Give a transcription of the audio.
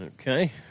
Okay